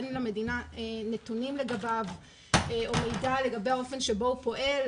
אין למדינה נתונים לגביו או מידע לגבי האופי שבו הוא פועל.